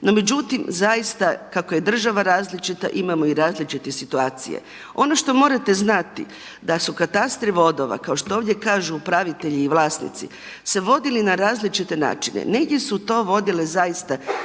No međutim zaista kako je država različita imamo i različite situacije. Ono što morate znati da su katastri vodova kao što ovdje kažu upravitelji i vlasnici, se vodili na različite načine. Negdje su to vodile zaista